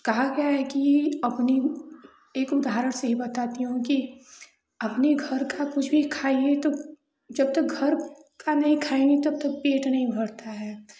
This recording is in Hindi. कहा गया है कि अपनी एक उदाहरण से ही बताती हूँ की अपने घर का कुछ भी खाइए तो जबतक घर का नहीं खाएँगे तबतक पेट नहीं भरता है